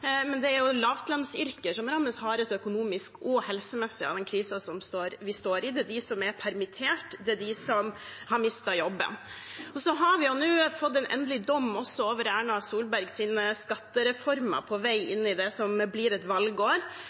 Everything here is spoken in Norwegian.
Det er de med lavlønnsyrker som rammes hardest og helsemessig av den krisen vi står i. Det er de som er permittert, de som har mistet jobben. Så har vi nå fått en endelig dom over Erna Solbergs skattereformer på vei inn i det som blir et valgår.